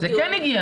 זה כן הגיע.